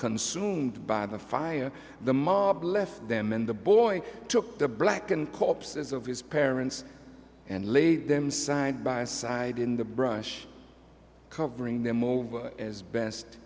consumed by the fire the mob left them and the boy took the blackened corpses of his parents and laid them side by side in the brush covering them all as best